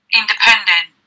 independent